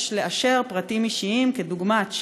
יש לאשר פרטים אישיים כדוגמת שם,